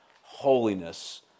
holiness